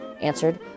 answered